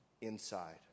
inside